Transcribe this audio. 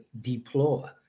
deplore